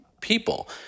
people